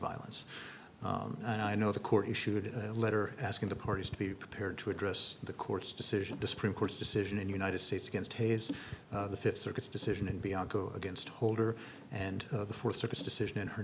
violence and i know the court issued a letter asking the parties to be prepared to address the court's decision the supreme court's decision in united states against hayes the fifth circuit decision in bianco against holder and the fourth circuit decision and her